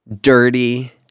dirty